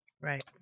Right